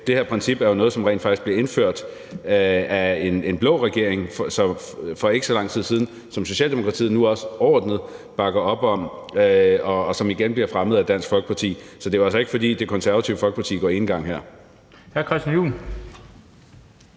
Det her princip er jo noget, som rent faktisk blev indført af en blå regering for ikke så lang tid siden, og det er noget, som Socialdemokratiet nu også overordnet set bakker op om, og noget, som igen bliver fremmet af Dansk Folkeparti. Så det er jo altså ikke, fordi Det Konservative Folkeparti går enegang her.